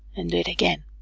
and do it again.